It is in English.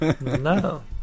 No